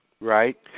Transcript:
Right